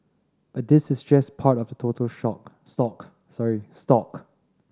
but this is just part of the total shock stock sorry stock